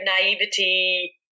naivety